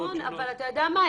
נכון, אבל אתה יודע מה?